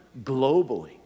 globally